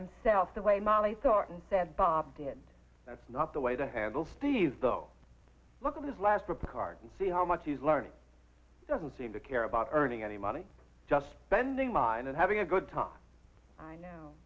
south the way molly thought and said bob did that's not the way to handle species though look at his last trip card and see how much he's learned doesn't seem to care about earning any money just spending mine and having a good time i know